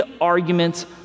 arguments